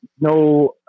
no